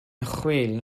chwil